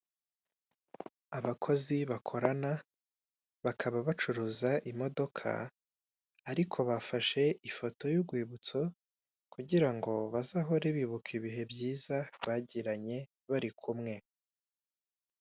Abakozi bakorana bakaba bacuruza imodoka ariko bafashe ifoto y'urwibutso kugira ngo bazahore bibuka ibihe byiza bagiranye bari kumwe.